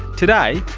today,